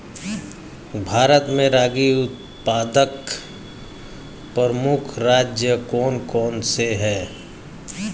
भारत में रागी उत्पादक प्रमुख राज्य कौन कौन से हैं?